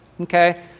okay